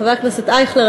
חבר הכנסת אייכלר,